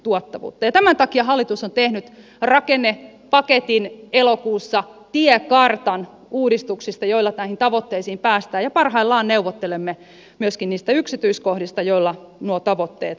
tämän takia hallitus on tehnyt elokuussa rakennepaketin tiekartan uudistuksista joilla näihin tavoitteisiin päästään ja parhaillaan neuvottelemme myöskin niistä yksityiskohdista joilla nuo tavoitteet toteutuvat